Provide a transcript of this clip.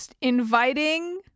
Inviting